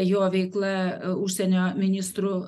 jo veikla užsienio ministrų